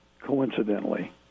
coincidentally